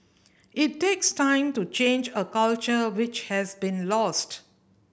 it takes time to change a culture which has been lost